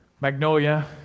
Magnolia